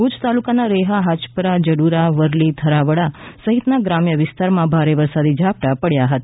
ભુજ તાલુકાના રેહા હાજાપર જડુરા વરલી થરાવડા સહિતના ગ્રામ્ય વિસ્તારમાં ભારે વરસાદી ઝાપટા પડ્યા હતા